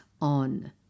on